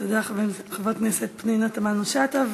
תודה לחברת הכנסת פנינה תמנו-שטה.